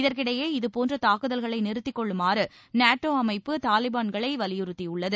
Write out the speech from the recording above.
இதற்கிடையே இது போன்ற தாக்குதல்களை நிறுத்திகொள்ளுமாறு நேட்டோ அமைப்பு தாலிபான்களை வலியுறுத்தியுள்ளது